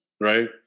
right